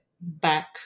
back